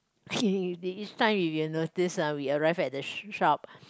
they each time if you notice uh we arrive at the sh~ shop